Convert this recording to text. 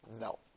No